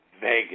Vegas